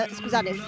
scusate